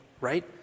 right